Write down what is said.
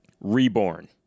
Reborn